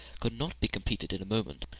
could not be completed in a moment.